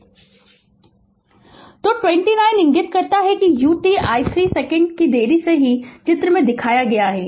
Refer Slide Time 2803 तो 29 इंगित करता है कि u t i 3 सेकंड की देरी से है और चित्र में दिखाया गया है